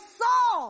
saw